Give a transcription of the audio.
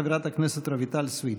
חברת הכנסת רויטל סויד.